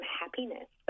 happiness